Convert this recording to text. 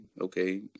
Okay